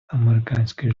американський